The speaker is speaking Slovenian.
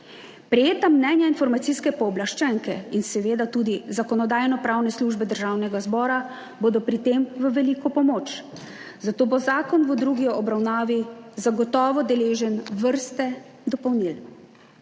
Prejeta mnenja Informacijske pooblaščenke in seveda tudi Zakonodajno-pravne službe Državnega zbora bodo pri tem v veliko pomoč, zato bo zakon v drugi obravnavi zagotovo deležen vrste dopolnil.